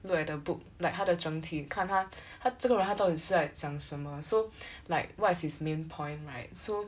look at the book like 它的整体看它 他这个人到底在讲什么 so like what is his main point right so